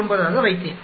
09 ஆக வைத்தேன்